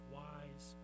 wise